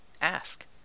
Ask